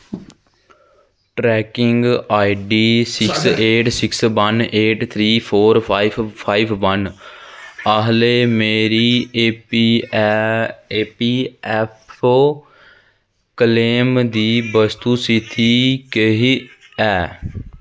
trekking ID six eight six one eight three four five five one आह्ले मेरे ईपीऐ EPFO claim दी वस्तु स्थिति केह् ऐ